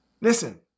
Listen